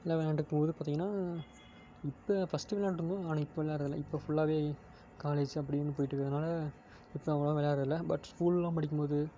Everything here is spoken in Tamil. நல்லா விள்ளாண்டு போகும்போது பார்த்தீங்கனா இப்போ ஃபர்ஸ்டு விள்ளாண்ட்டு இருந்தோம் ஆனால் இப்போ விள்ளாடுறது இல்லை இப்போ ஃபுல்லாகவே காலேஜி அப்படினு போய்விட்டு இருக்கிறதுனால இப்போ அவ்வளவா விள்ளாடுறது இல்லை பட் ஸ்கூலெலாம் படிக்கும்போது